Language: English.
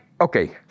okay